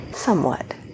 somewhat